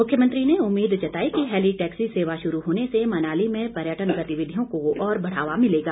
मुख्यमंत्री ने उम्मीद जताई कि हैली टैक्सी सेवा शुरू होने से मनाली में पर्यटन गतिविधियों को और बढ़ावा मिलेगा